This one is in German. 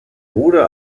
wurde